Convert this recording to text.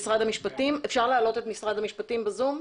אפשר להעלות את משרד המשפטים בזום?